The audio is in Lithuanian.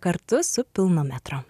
kartu su pilno metro